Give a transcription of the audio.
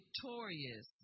victorious